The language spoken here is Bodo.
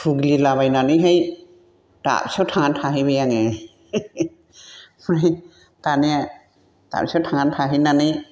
थुग्लिलाबायनानैहाय दाबसोयाव थांनानै थाहैबाय आङो ओमफ्राय दाने दाबसेयाव थांनानै थाहैनानै